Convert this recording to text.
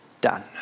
done